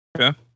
Okay